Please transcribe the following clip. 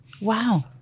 Wow